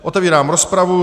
Otevírám rozpravu.